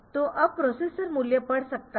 तो अब प्रोसेसर मूल्य पढ़ सकता है